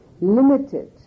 limited